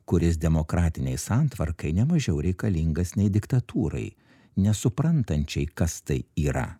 kuris demokratinei santvarkai nemažiau reikalingas nei diktatūrai nesuprantančiai kas tai yra